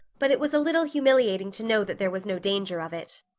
but it was a little humiliating to know that there was no danger of it.